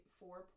four